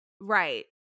Right